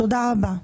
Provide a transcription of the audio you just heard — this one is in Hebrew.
תודה רבה.